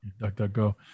DuckDuckGo